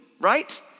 right